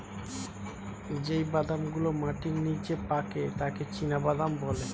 যেই বাদাম গুলো মাটির নিচে পাকে তাকে চীনাবাদাম বলে